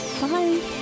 bye